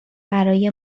برای